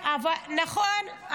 נכון,